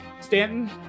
Stanton